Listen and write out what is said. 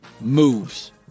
Moves